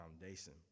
foundation